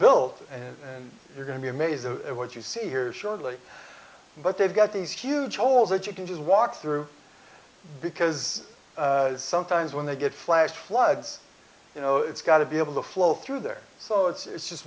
built and you're going to be amazed at what you see here shortly but they've got these huge holes that you can just walk through because sometimes when they get flash floods you know it's got to be able to flow through there so it's